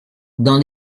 dans